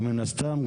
ומן הסתם,